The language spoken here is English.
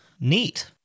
neat